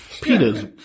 Peter's